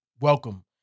Welcome